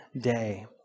day